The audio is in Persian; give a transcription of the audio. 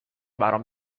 برام